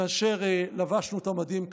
כאשר לבשנו את המדים,